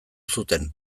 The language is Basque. zuten